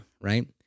right